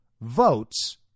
votes